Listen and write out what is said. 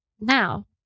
now